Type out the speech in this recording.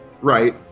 right